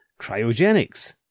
cryogenics